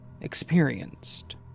experienced